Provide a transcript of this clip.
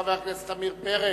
חבר הכנסת עמיר פרץ.